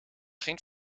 geen